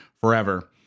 forever